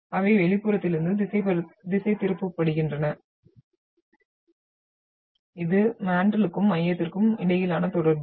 அவை வெளிப்புறத்திலிருந்து திசைதிருப்பப்படுகின்றன இது மேன்டலுக்கும் மையத்திற்கும் இடையிலான தொடர்பு